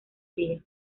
fría